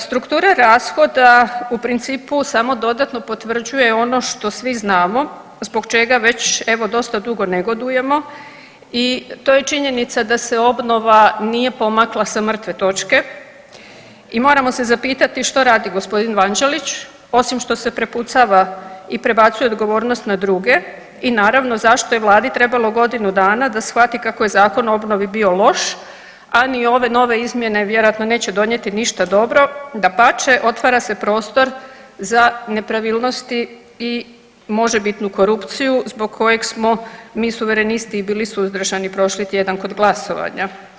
Struktura rashoda u principu samo dodatno potvrđuje ono što svi znamo zbog čega već evo dosta dugo negodujemo i to je činjenica da se obnova nije pomakla sa mrtve točke i moramo se zapitati što radi g. Vanđelić osim što se prepucava i prebacuje odgovornost na druge i naravno zašto je vladi trebalo godinu dana da shvati kako je Zakon o obnovi bio loš, a ni ove nove izmjene vjerojatno neće donijeti ništa dobro, dapače otvara se prostor za nepravilnosti i možebitnu korupciju zbog kojeg smo mi suverenisti i bili suzdržani prošli tjedan kod glasovanja.